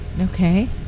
Okay